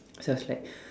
so I was like